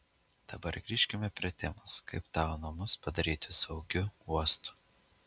dabar grįžkime prie temos kaip tavo namus padaryti saugiu uostu